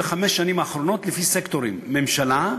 בחמש השנים האחרונות לפי סקטורים: ממשלה,